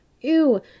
Ew